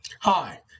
Hi